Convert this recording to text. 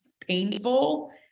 painful